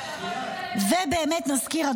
נזכיר,